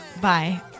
Bye